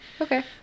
okay